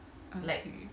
okay